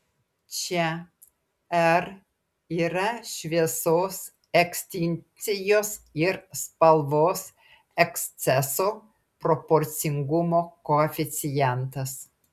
čia r yra šviesos ekstinkcijos ir spalvos eksceso proporcingumo koeficientas